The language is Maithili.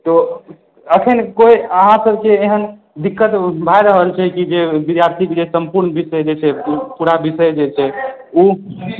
तऽ अखन कोइ अहाँसभके एहन दिक्कत भए रहल छै कि जे विद्यार्थीके लिए सम्पूर्ण जे छै से पूरा विषय जे छै ओ